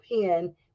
pen